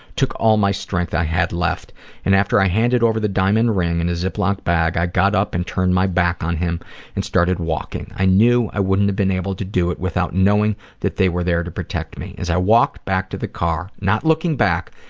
took all my strength i had left and after i handed over the diamond ring in a zip lock bag, i got up and turned my back on him and started walking. i knew i wouldn't have been able to do it without knowing that they were there to protect me. as i walked back to the car, not looking back,